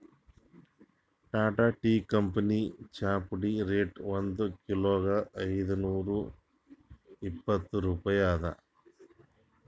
Tata tea ಕಂಪನಿದ್ ಚಾಪುಡಿ rate ಒಂದ್ ಕಿಲೋಗಾ ಐದ್ನೂರಾ ಇಪ್ಪತ್ತ್ ರೂಪಾಯಿ ಅದಾ